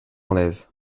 enlève